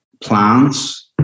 plans